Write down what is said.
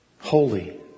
holy